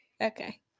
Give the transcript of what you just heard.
Okay